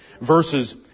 Verses